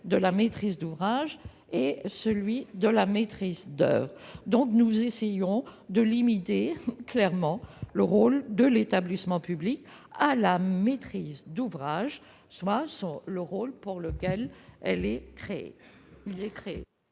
de la maîtrise d'ouvrage et de la maîtrise d'oeuvre. Nous voulons limiter clairement le rôle de l'établissement public à la maîtrise d'ouvrage, c'est-à-dire le rôle pour lequel il est créé.